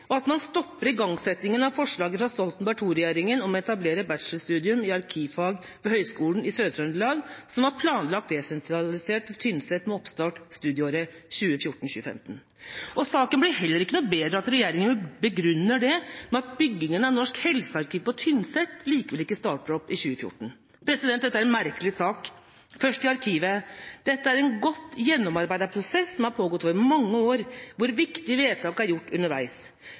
og at man stopper igangsettingen av forslaget fra Stoltenberg II-regjeringa om å etablere bachelorstudium i arkivfag ved Høgskolen i Sør-Trøndelag, som var planlagt desentralisert til Tynset, med oppstart studieåret 2014/2015. Saken blir heller ikke noe bedre av at regjeringa begrunner det med at byggingen av Norsk helsearkiv på Tynset likevel ikke starter opp i 2014. Dette er en merkelig sak. Først til arkivet: Dette er en godt gjennomarbeidet prosess som har pågått over mange år, hvor viktige vedtak er gjort underveis.